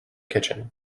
kitchen